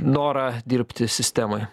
norą dirbti sistemoj